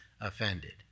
offended